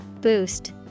Boost